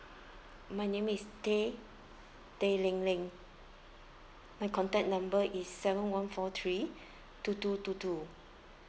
my name is teh teh leng leng my contact number is seven one four three two two two two